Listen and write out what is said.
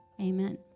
Amen